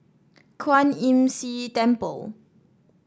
Kwan Imm See Temple